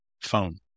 phone